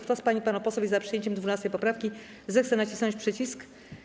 Kto z pań i panów posłów jest za przyjęciem 12. poprawki, zechce nacisnąć przycisk.